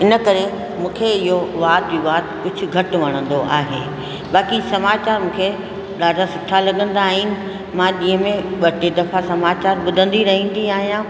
इनकरे मूंखे इहो वाद विवाद विचु घटि वणंदो आहे बाक़ी समाचारु मूंखे ॾाढा सुठा लॻंदा आहिनि मां ॾींहं में ॿ टे दफ़ा समाचारु ॿुधंदी रहंदी आहियां